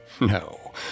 No